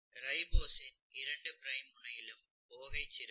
ரைபோஸின் 2 prime முனையிலும் OH இருக்கும்